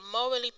morally